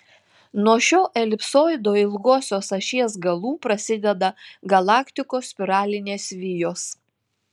nuo šio elipsoido ilgosios ašies galų prasideda galaktikos spiralinės vijos